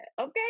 okay